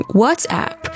whatsapp